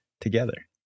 together